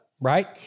right